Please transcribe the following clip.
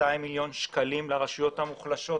200 מיליוני שקלים לרשויות המקומיות המוחלשות,